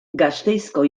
gasteizko